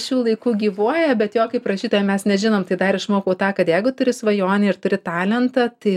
šių laikų gyvuoja bet jo kaip rašytojo mes nežinom tai dar išmokau tą kad jeigu turi svajonę ir turi talentą tai